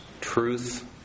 truth